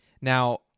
Now